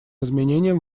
изменениям